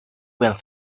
went